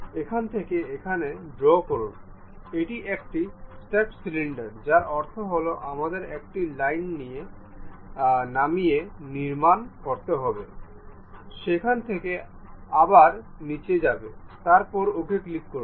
এখান থেকে এখান ড্রও করুন এটি একটি স্টেপড সিলিন্ডার যার অর্থ হল আমাদের একটি লাইন নিচে নামিয়ে নির্মাণ করতে হবেসেখান থেকে আবার নীচে যাবে তারপর OK ক্লিক করুন